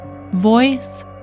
voice